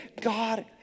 God